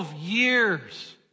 years